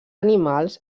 animals